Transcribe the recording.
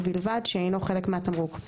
ובלבד שאינו חלק מהתמרוק.;